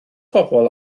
bobl